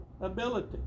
ability